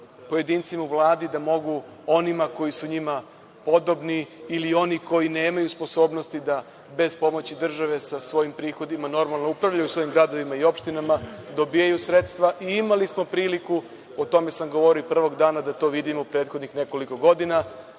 pojedinci u Vladi mogu onima koji su njima podobni ili oni koji nemaju sposobnost da bez pomoći države sa svojim prihodima normalno upravljaju svojim gradovima i opštinama dobijaju sredstva. Imali smo priliku, a o tome sam govorio prvog dana, da to vidimo prethodnih nekoliko godina,